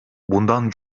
bundan